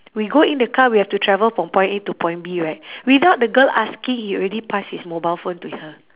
we go in the car we have to travel from point A to point B right without the girl asking he already pass his mobile phone to her